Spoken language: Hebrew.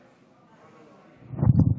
כנסת נכבדה.